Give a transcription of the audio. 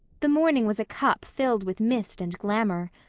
the morning was a cup filled with mist and glamor.